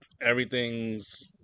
everything's